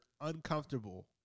uncomfortable